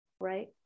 Right